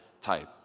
type